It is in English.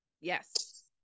Yes